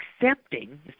accepting